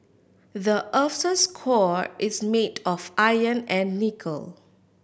the earth's score is made of iron and nickel